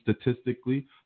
statistically